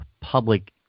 public